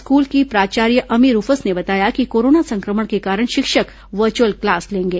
school की प्राचार्य Amy Rufus ने बताया कि कोरोना संक्रमण के कारण शिक्षक वर्चुअल क्लास लेंगे